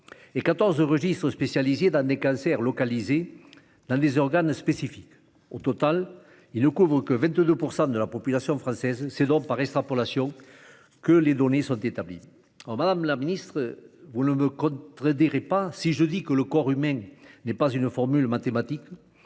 et 14 registres spécialisés dans des cancers localisés dans des organes spécifiques. Au total, ils ne couvrent que 22 % de la population française. C'est donc par extrapolation que les données sont établies. Madame la ministre, vous ne me contredirez pas si je dis que le corps humain n'est pas une formule mathématique.